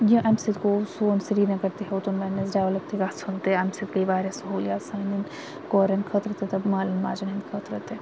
یہِ امہِ سۭتۍ گوٚو سون سرینَگر تہِ ہیٚوتُن وۄنۍ اَسہِ ڈیٚولَپ تہِ گَژھُن تہِ امہِ سۭتۍ گٔے واریاہ سہوٗلیات سانٮ۪ن کورٮ۪ن خٲطرٕ تِتہٕ مالٮ۪ن ماجٮ۪ن ہٕنٛد خٲطرٕ تہِ